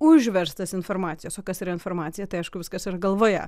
užverstas informacijos o kas yra informacija tai aišku viskas yra galvoje